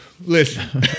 Listen